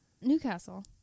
Newcastle